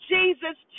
Jesus